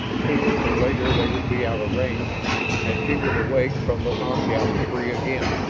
sooner or later they would be out of range and she would awake from the knockout, free again.